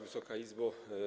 Wysoka Izbo!